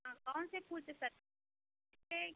हाँ कौन से फूल से सजा